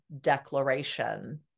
declaration